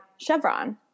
Chevron